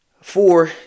four